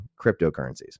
cryptocurrencies